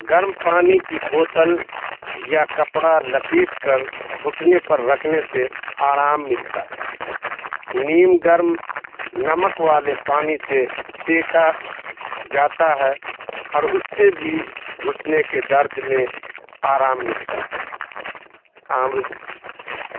گرم پانی کی بوتل یا کپڑا لپیٹ کر گھٹنے پر رکھنے سے آرام ملتا ہے نیم گرم نمک والے پانی سے سیکا جاتا ہے اور اس سے بھی گھٹنے کے درد میں آرام ملتا ہے عمل